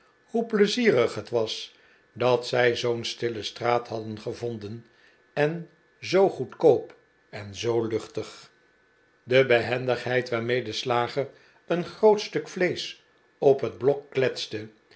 hoe pleizierig het was dat zij zoo'n stille straat hadden gevonden en zoo goedkoop en zoo luchtig de behendigheid waarmee de slager een groot stuk vleesch op het blok kletste